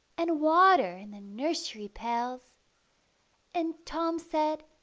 and water in the nursery pails and tom said,